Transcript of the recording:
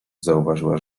zauważyła